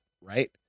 right